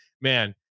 man